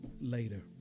later